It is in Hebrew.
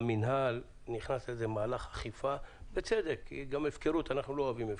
המנהל נכנס לאיזה מהלך אכיפה ובצדק כי אנחנו לא אוהבים הפקרות.